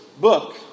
book